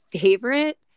favorite